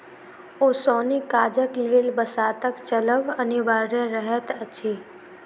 ओसौनी काजक लेल बसातक चलब अनिवार्य रहैत अछि